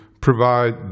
provide